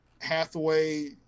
Hathaway